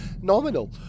nominal